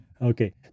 Okay